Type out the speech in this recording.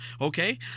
Okay